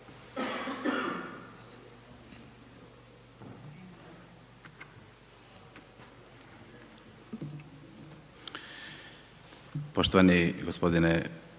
Poštovani gospodine